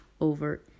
over